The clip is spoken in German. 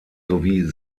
sowie